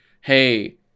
hey